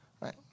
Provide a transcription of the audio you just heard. right